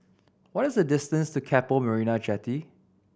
what is the distance to Keppel Marina Jetty